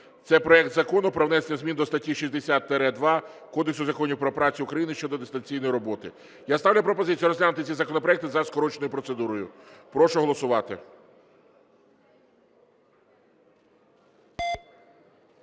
Це Проект Закону про внесення змін до статті 60-2 Кодексу законів про працю України щодо дистанційної роботи. Я ставлю пропозицію розглянути ці законопроекти за скороченою процедурою. Прошу голосувати.